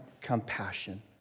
Compassion